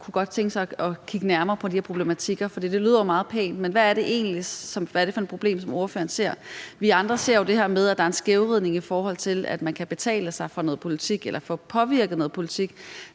godt kunne tænke sig at kigge nærmere på det? For det lyder jo meget pænt, men hvad er det egentlig for et problem, ordføreren ser? Vi andre ser jo det her med, at der er en skævvridning, i forhold til at man kan betale sig til at påvirke noget politik,